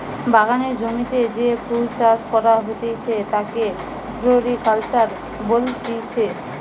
বাগানের জমিতে যে ফুল চাষ করা হতিছে তাকে ফ্লোরিকালচার বলতিছে